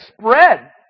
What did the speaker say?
spread